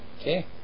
Okay